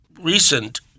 recent